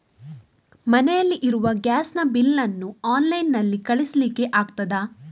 ಮನೆಯಲ್ಲಿ ಇರುವ ಗ್ಯಾಸ್ ನ ಬಿಲ್ ನ್ನು ಆನ್ಲೈನ್ ನಲ್ಲಿ ಕಳಿಸ್ಲಿಕ್ಕೆ ಆಗ್ತದಾ?